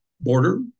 border